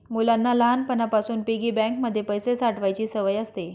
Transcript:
मुलांना लहानपणापासून piggy bank मध्ये पैसे साठवायची सवय असते